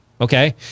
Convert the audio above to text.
Okay